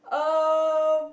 um